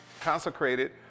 consecrated